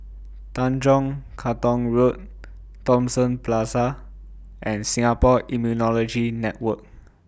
Tanjong Katong Road Thomson Plaza and Singapore Immunology Network